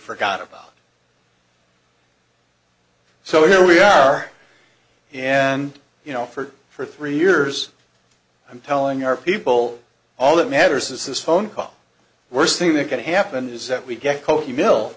forgot about so here we are and you know for for three years i'm telling our people all that matters is this phone call worst thing that can happen is that we get